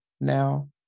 now